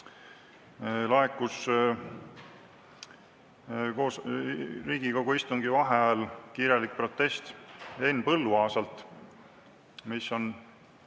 laekus Riigikogu istungi vaheajal kirjalik protest Henn Põlluaasalt, mis on